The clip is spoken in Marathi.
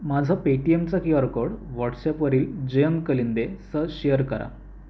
माझं पेटीएमचा क्यू आर कोड व्हॉट्सॲपवरील जयंत कलिंदेसह शेअर करा